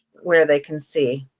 where they can see.